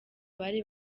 bari